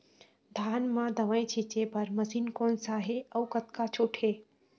धान म दवई छींचे बर मशीन कोन सा हे अउ कतका छूट हे?